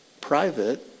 private